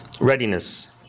Readiness